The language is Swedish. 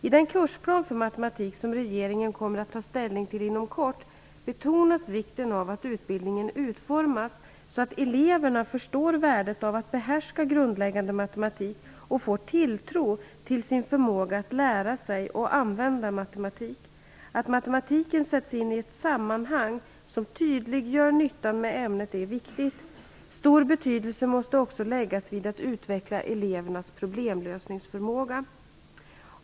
I den kursplan för matematik som regeringen kommer att ta ställning till inom kort betonas vikten av att utbildningen utformas så att eleverna förstår värdet av att behärska grundläggande matematik och får tilltro till sin förmåga att lära sig och använda matematik. Att matematiken sätts in i ett sammanhang som tydliggör nyttan med ämnet är viktigt. Stor betydelse måste också läggas vid att utveckla elevernas problemlösningsförmåga.